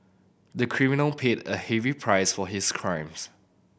the criminal paid a heavy price for his crimes